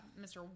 Mr